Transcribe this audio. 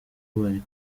bari